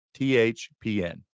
THPN